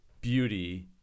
beauty